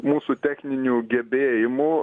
mūsų techninių gebėjimų